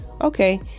Okay